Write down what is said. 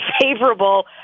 favorable